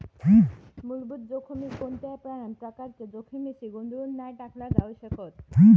मुलभूत जोखमीक कोणत्यापण प्रकारच्या जोखमीशी गोंधळुन नाय टाकला जाउ शकत